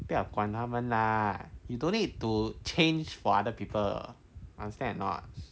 不要管他们 lah you don't need to change for other people what understand or not